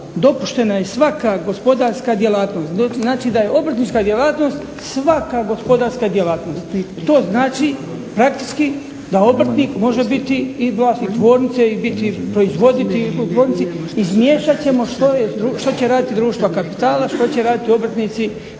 2.dopuštena je svaka gospodarska djelatnost. Znači da je obrtnička djelatnost svaka gospodarska djelatnost. To znači praktički da obrtnik može biti i vlasnik tvornice i proizvoditi u tvornici. Izmiješat ćemo što će raditi društva kapitala, što će radit obrtnici.